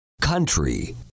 country